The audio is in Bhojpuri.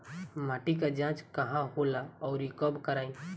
माटी क जांच कहाँ होला अउर कब कराई?